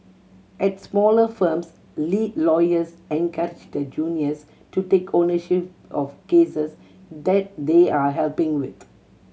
at smaller firms lead lawyers encourage their juniors to take ownership of cases that they are helping with